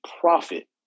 profit